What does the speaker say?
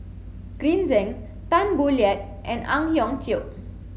Green Zeng Tan Boo Liat and Ang Hiong Chiok